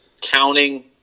counting